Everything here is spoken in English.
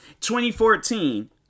2014